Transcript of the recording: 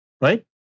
right